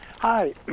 Hi